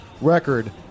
record